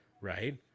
Right